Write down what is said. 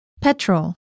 Petrol